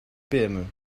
pme